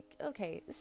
okay